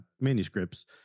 manuscripts